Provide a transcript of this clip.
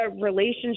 relationship